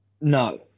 No